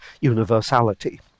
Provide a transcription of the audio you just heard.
universality